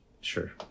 sure